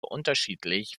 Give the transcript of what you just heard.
unterschiedlich